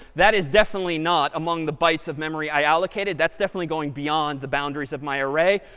that is definitely not among the bytes of memory i allocated. that's definitely going beyond the boundaries of my array.